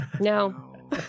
No